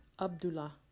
Abdullah